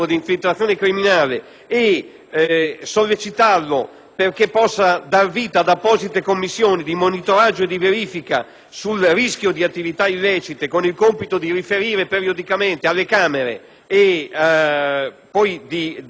a dare vita ad apposite commissioni di monitoraggio e di verifica sulle attività illecite, con il compito di riferire periodicamente alle Camere, e a lavorare in collaborazione con la Guardia di finanza,